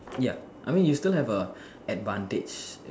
ya I mean you still have a advantage